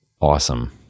awesome